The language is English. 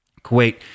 Kuwait